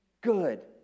good